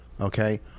Okay